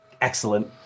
Excellent